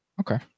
Okay